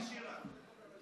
תתביישי לך.